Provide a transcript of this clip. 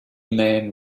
men